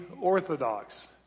orthodox